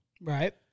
Right